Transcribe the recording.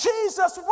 Jesus